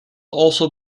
also